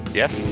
yes